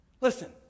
Listen